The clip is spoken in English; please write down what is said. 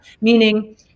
meaning